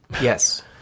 Yes